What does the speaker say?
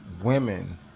women